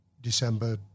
December